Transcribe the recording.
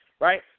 right